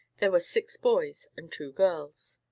there were six boys and two girls.